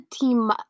team